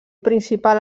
principal